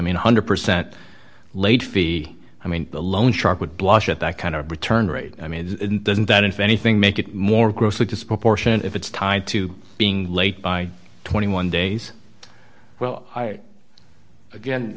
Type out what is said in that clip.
mean one hundred percent late fee i mean the loan shark would blush at that kind of return rate i mean doesn't that if anything make it more grossly disproportionate if it's tied to being late by twenty one days well again